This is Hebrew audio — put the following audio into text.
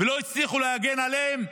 ולא הצליחו להגן עליהם,